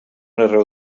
arreu